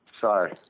Sorry